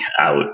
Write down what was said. out